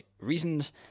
reasons